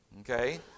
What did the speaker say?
okay